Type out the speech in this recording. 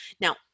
Now